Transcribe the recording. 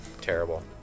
Terrible